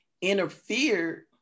interfered